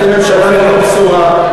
אתם ממשלה ללא בשורה,